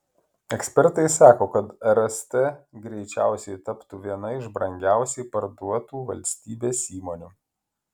ekspertai sako kad rst greičiausiai taptų viena iš brangiausiai parduotų valstybės įmonių